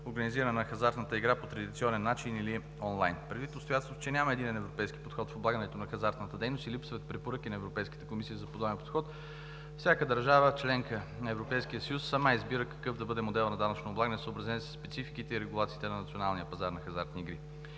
организиране на хазартната игра по традиционен начин или онлайн. Предвид обстоятелството, че няма единен европейски подход в облагането на хазартната дейност и липсват препоръки на Европейската комисия за подобен подход, всяка държава – членка на Европейския съюз, сама избира какъв да бъде моделът на данъчно облагане, съобразен със спецификите и регулациите на националния пазар на хазартни игри.